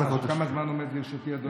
כמה זמן עומד לרשותי, אדוני?